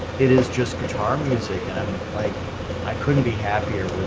it is just guitar music and um like i couldn't be happier.